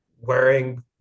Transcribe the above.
wearing